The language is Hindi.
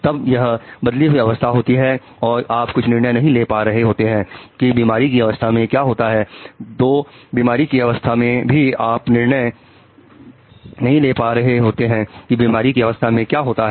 तब यह बदली हुई अवस्था होती है और आप कुछ निर्णय नहीं ले पा रहे होते हैं की बीमारी की अवस्था में क्या होता है